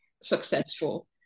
successful